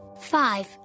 Five